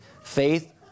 Faith